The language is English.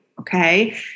Okay